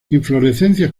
inflorescencias